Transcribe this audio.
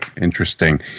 Interesting